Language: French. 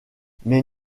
mais